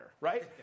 right